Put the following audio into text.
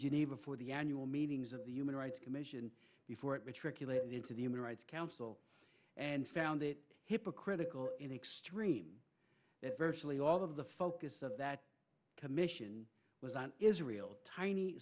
geneva for the annual meetings of the human rights commission before it matriculate into the human rights council and found it hypocritical in the extreme that virtually all of the focus of that commission was on israel's tiny